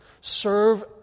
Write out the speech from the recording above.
Serve